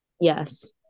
Yes